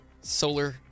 solar